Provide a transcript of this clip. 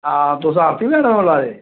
हां तुस आरती मैडम बोल्ला दे